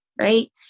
right